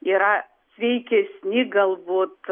yra sveikesni galbūt